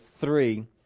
three